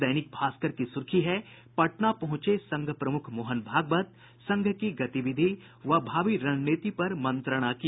दैनिक भास्कर की सुर्खी है पटना पहुंचे संघ प्रमुख मोहन भागवत संघ की गतिविधि व भावी रणनीति पर मंत्रणा की